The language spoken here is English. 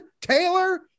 Taylor